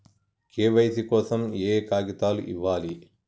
KYC కోసం ఏయే కాగితాలు ఇవ్వాలి?